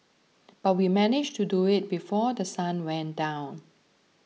but we managed to do it before The Sun went down